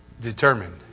Determined